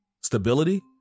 stability